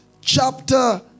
chapter